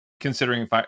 Considering